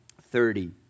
thirty